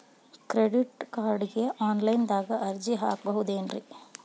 Credit ಕಾರ್ಡ್ಗೆ online ದಾಗ ಅರ್ಜಿ ಹಾಕ್ಬಹುದೇನ್ರಿ?